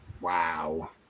wow